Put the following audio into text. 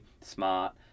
smart